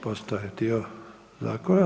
Postaje dio zakona.